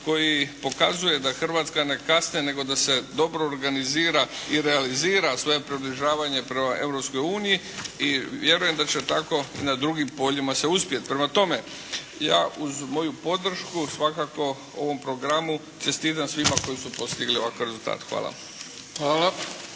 koji pokazuje da Hrvatska ne kasni nego da se dobro organizira i realizira svoje približavanje prema Europskoj uniji i vjerujem da će tako na drugim poljima se uspjeti. Prema tome ja uz moju podršku svakako ovom programu čestitam svima koji su postigli ovakve rezultate. Hvala.